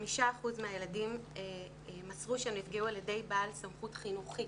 5% מהילדים מסרו שהם נפגעו על ידי בעל סמכות חינוכית,